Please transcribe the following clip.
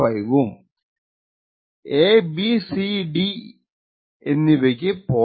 5 ഉം എബിസിഡി എന്നിവക്ക് 0